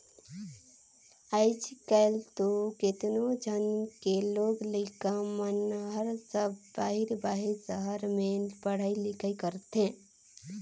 आयज कायल तो केतनो झन के लोग लइका मन हर सब बाहिर बाहिर सहर में पढ़ई लिखई करथे